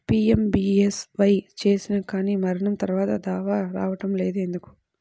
PMBSY చేసినా కానీ మరణం తర్వాత దావా రావటం లేదు ఎందుకు?